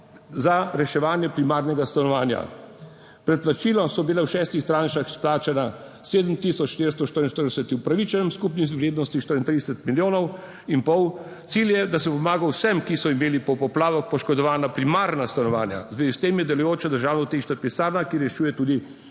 za reševanje primarnega stanovanja. Pred plačilom so bile v šestih tranšah izplačana 7444 upravičen skupni vrednosti 34 milijonov in pol. Cilj je, da se pomaga vsem, ki so imeli po poplavah poškodovana primarna stanovanja. V zvezi s tem je delujoča država uteka pisarna, ki rešuje tudi